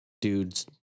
dude's